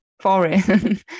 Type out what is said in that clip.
foreign